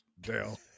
Dale